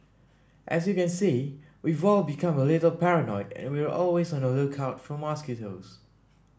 as you can see we've all become a little paranoid and we're always on the lookout for mosquitoes